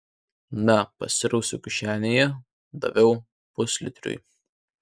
na pasirausiau kišenėje daviau puslitriui